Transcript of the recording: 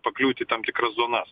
pakliūti į tam tikras zonas